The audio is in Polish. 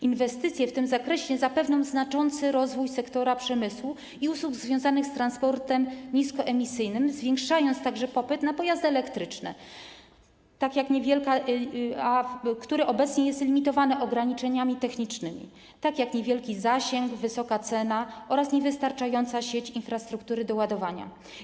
Inwestycje w tym zakresie zapewnią znaczący rozwój sektora przemysłu i usług związanych z transportem niskoemisyjnym, zwiększając także popyt na pojazdy elektryczne, który obecnie jest limitowany ograniczeniami technicznymi, takimi jak niewielki zasięg, wysoka cena oraz niewystarczająca sieć infrastruktury do ładowania.